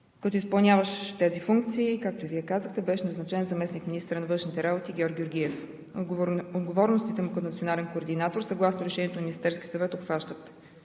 За изпълняващ тези функции, както Вие казахте, беше назначен заместник-министърът на външните работи Георг Георгиев. Отговорностите му като национален координатор съгласно решението на Министерския съвет обхващат: